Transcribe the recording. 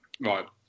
Right